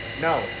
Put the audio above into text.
No